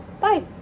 bye